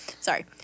Sorry